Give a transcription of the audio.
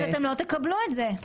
אז אתם לא תקבלו את זה.